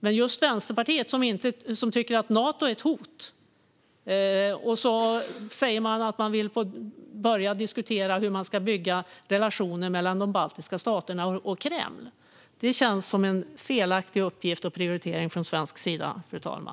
När just Vänsterpartiet, som tycker att Nato är ett hot, säger att man vill börja diskutera hur man ska bygga relationer mellan de baltiska staterna och Kreml känns det, fru talman, som en felaktig uppgift att prioritera från svensk sida.